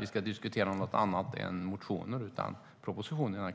Vi ska väl diskutera något annat än motioner i den här kammaren - kanske också propositioner.